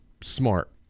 smart